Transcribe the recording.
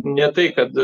ne tai kad